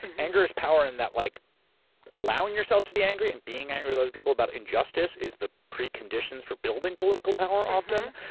and anger is power in that like allowing yourself to be angry and being angry with other people about injustice is the preconditions for building political power often.